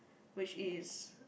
which is